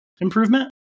improvement